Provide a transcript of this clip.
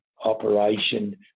operation